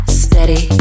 steady